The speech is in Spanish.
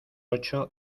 ocho